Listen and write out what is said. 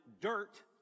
dirt